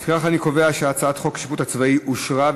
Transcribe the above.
לפיכך אני קובע שהצעת חוק השיפוט הצבאי אושרה,